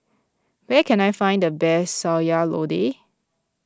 where can I find the best Sayur Lodeh